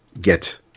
get